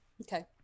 Okay